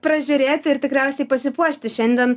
pražiūrėti ir tikriausiai pasipuošti šiandien